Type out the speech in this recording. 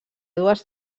dues